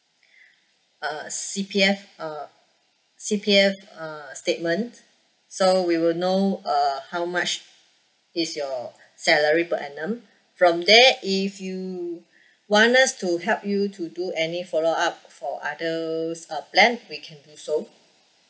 uh C_P_F uh C_P_F uh statement so we will know uh how much is your salary per annum from there if you want us to help you to do any follow up for others um plan we can do so